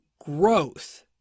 growth